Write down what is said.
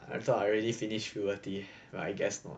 I thought I already finished purity but I guess not